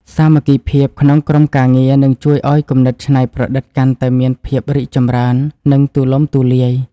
សាមគ្គីភាពក្នុងក្រុមការងារនឹងជួយឱ្យគំនិតច្នៃប្រឌិតកាន់តែមានភាពរីកចម្រើន និង ទូលំទូលាយ។